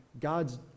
God's